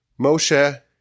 Moshe